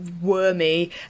wormy